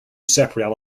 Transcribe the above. separate